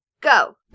go